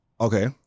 Okay